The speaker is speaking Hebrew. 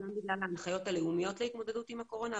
גם בגלל ההנחיות הלאומיות להתמודדות עם הקורונה,